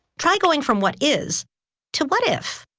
try going from what is to what if?